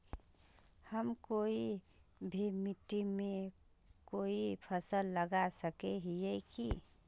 हम कोई भी मिट्टी में कोई फसल लगा सके हिये की?